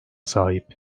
sahip